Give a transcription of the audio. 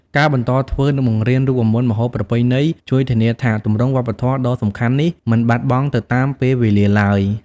ការបន្តធ្វើ និងបង្រៀនរូបមន្តម្ហូបប្រពៃណី ជួយធានាថាទម្រង់វប្បធម៌ដ៏សំខាន់នេះមិនបាត់បង់ទៅតាមពេលវេលាឡើយ។